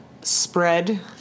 spread